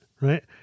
Right